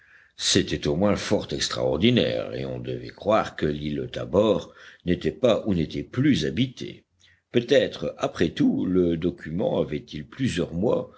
c'était au moins fort extraordinaire et on devait croire que l'île tabor n'était pas ou n'était plus habitée peut-être après tout le document avait-il plusieurs mois